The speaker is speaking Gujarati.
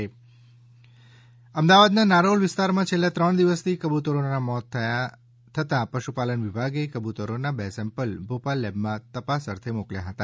કબૂતર મોત અમદાવાદના નારોલ વિસ્તારમાં છેલ્લા ત્રણ દિવસથી કબૂતરીના મોત થતા પશુપાલન વિભાગે કબૂતરોના બે સેમ્પલ ભોપાલ લેબમાં તપાસ અર્થે મોકલ્યા હતા